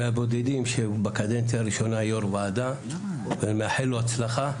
מהבודדים שבקדנציה הראשונה הוא יו"ר ועדה ואני מאחל לו הצלחה.